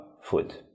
food